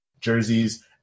jerseys